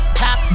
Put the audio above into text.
top